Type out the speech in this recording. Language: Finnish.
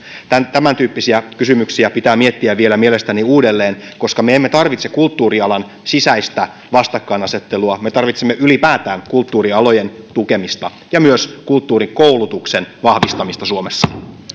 tämäntyyppisiä kysymyksiä pitää miettiä vielä mielestäni uudelleen koska me emme tarvitse kulttuurialan sisäistä vastakkainasettelua me tarvitsemme ylipäätään kulttuurialojen tukemista ja myös kulttuurikoulutuksen vahvistamista suomessa